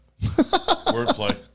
Wordplay